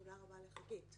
תודה רבה לחגית.